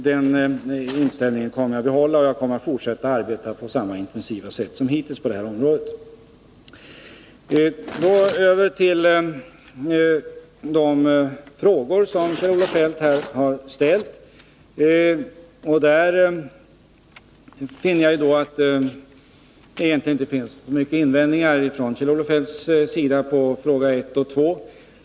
Den inställningen kommer jag att behålla, och jag kommer att fortsätta att arbeta på samma intensiva sätt som hittills på det här området. Så vill jag gå över till de frågor som Kjell-Olof Feldt har ställt. Jag finner att Kjell-Olof Feldt egentligen inte har så många invändningar mot frågorna 1 och 2.